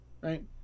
right